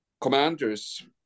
commanders